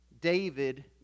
David